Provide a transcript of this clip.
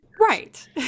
Right